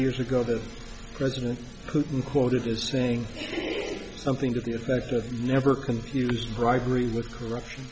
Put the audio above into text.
years ago that president putin quoted as saying something to the effect of never confuse bribery with corruption